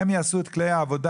הם יעשו את כלי העבודה.